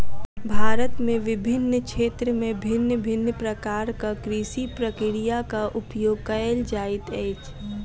भारत में विभिन्न क्षेत्र में भिन्न भिन्न प्रकारक कृषि प्रक्रियाक उपयोग कएल जाइत अछि